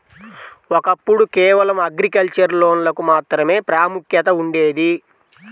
ఒకప్పుడు కేవలం అగ్రికల్చర్ లోన్లకు మాత్రమే ప్రాముఖ్యత ఉండేది